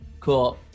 Cool